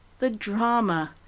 the drama,